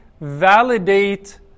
validate